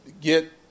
get